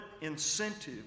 incentive